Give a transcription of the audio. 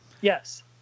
Yes